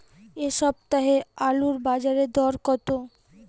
এ সপ্তাহে আলুর বাজারে দর কত?